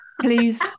Please